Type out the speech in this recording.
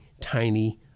tiny